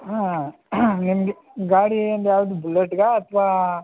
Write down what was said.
ಹಾಂ ನಿಮಗೆ ಗಾಡಿ ಏನು ಯಾವುದು ಬುಲೆಟ್ಗಾ ಅಥವಾ